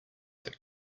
that